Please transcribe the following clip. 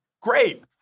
Great